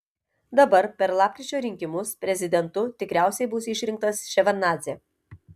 dabar per lapkričio rinkimus prezidentu tikriausiai bus išrinktas ševardnadzė